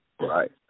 Right